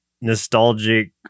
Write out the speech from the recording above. nostalgic